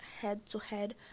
head-to-head